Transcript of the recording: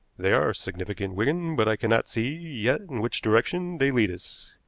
they are significant, wigan, but i cannot see yet in which direction they lead us.